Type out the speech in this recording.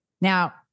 Now